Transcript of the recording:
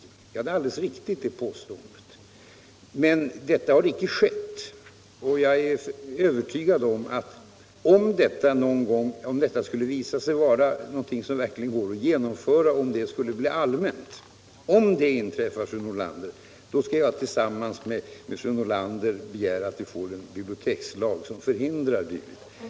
Det påståendet är alldeles riktigt, men det har icke hänt att några kommuner har gjort det. Om det skulle inträffa och om det skulle bli allmänt, då skall jag tillsammans med fru Nordlander begära att vi får en bibliotekslag som förhindrar dylikt.